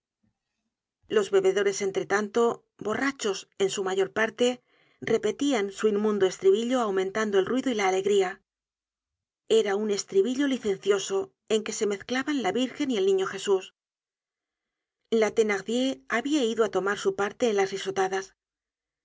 los bebedores entre tanto borrachos en su mayor parte repetian su inmundo estribillo aumentando el ruido y la alegría era un estribillo licencioso en que se mezclaban la virgen y el niño jesús la thenardier habia ido á tomar su parte en las risotadas